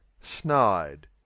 Snide